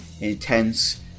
intense